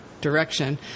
direction